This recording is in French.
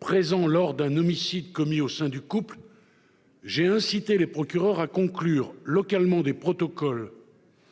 présents lors d'un homicide commis au sein du couple, j'ai incité les procureurs à conclure localement des protocoles